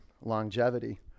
longevity